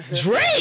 Drake